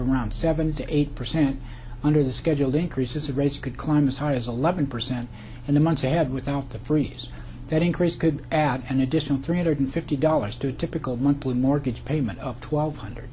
around seventy eight percent under the scheduled increases rates could climb as high as eleven percent in the months ahead without the freeze that increase could add an additional three hundred fifty dollars to typical monthly mortgage payment of twelve hundred